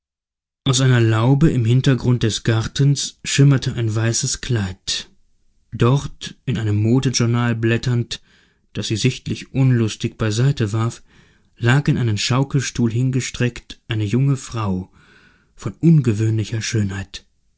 aus einer laube im hintergründe des gartens schimmerte ein weißes kleid dort in einem modejournal blätternd das sie sichtlich unlustig bei seite warf lag in einen schaukelstuhl hingestreckt eine junge frau von ungewöhnlicher schönheit